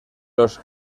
los